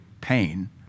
pain